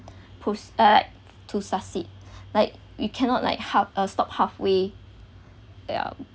push direct to succeed like we cannot like half uh stop halfway ya